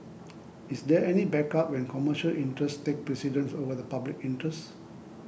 is there any backup when commercial interests take precedence over the public interest